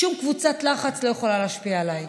שום קבוצת לחץ לא יכולה להשפיע עליי,